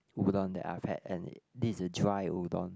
udon that I've had and this is a dry udon